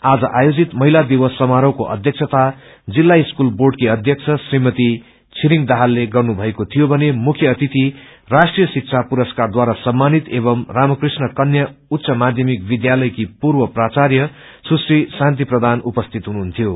आज आयोजित महिला दिवस समारोहको अष्यक्षता जिल्ला बोर्डकी अष्यक्षा श्रीमती छिरिङ दाहालले गर्नुभएको थियो पने मुख्य अतिथि राष्ट्रिय शिक्षा पुरसकारबासम्मानित एवं रामकृष्ण कन्या उच्च मार्षमेक विष्यालयकी पूर्व प्राचाय सुश्री शान्ति प्रबान उपसिति हुनुहुन्थ्यो